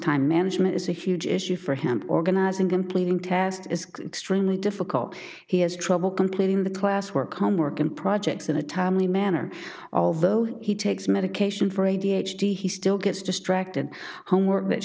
time management is a huge issue for him organizing completing tasks is extremely difficult he has trouble completing the class work come work and projects in a timely manner although he takes medication for a d h d he still gets distracted homework that